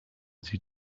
sie